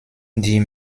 die